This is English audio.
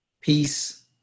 peace